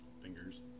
fingers